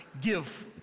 give